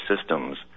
systems